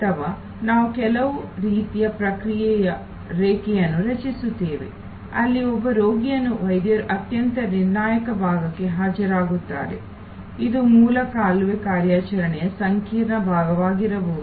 ಅಥವಾ ನಾವು ಕೆಲವು ರೀತಿಯ ಪ್ರಕ್ರಿಯೆಯ ರೇಖೆಯನ್ನು ರಚಿಸುತ್ತೇವೆ ಅಲ್ಲಿ ಒಬ್ಬ ರೋಗಿಯನ್ನು ವೈದ್ಯರು ಅತ್ಯಂತ ನಿರ್ಣಾಯಕ ಭಾಗಕ್ಕೆ ಹಾಜರಾಗುತ್ತಾರೆ ಇದು ಮೂಲ ಕಾಲುವೆ ಕಾರ್ಯಾಚರಣೆಯ ಸಂಕೀರ್ಣ ಭಾಗವಾಗಿರಬಹುದು